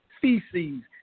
feces